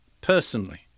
personally